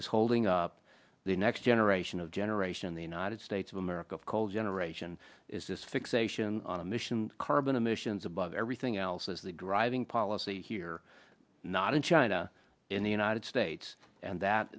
is holding up the next generation of generation the united states of america of coal generation is this fixation on a mission carbon emissions above everything else was the driving policy here not in china in the united states and that